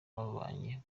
babanye